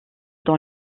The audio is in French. dans